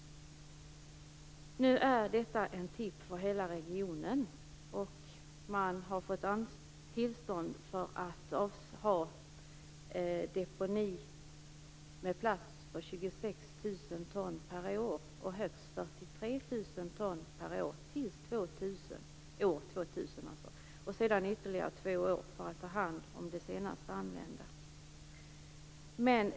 Detta är en tipp för hela regionen. Man har fått tillstånd att ha deponi med plats för 26 000 ton per år och högst 43 000 ton per år till år 2000, och ytterligare två år för att man skall kunna ta hand om det senast anlända.